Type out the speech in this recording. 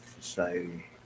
Society